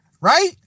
Right